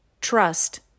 Trust